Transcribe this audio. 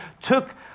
took